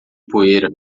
poeira